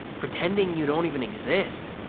pretending you don't even exist.